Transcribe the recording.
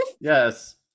Yes